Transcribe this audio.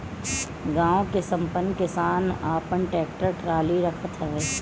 गांव के संपन्न किसान आपन टेक्टर टाली रखत हवे